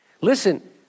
Listen